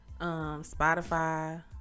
Spotify